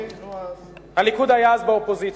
הליכוד היה אז באופוזיציה,